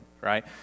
right